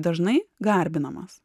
dažnai garbinamas